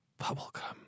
Bubblegum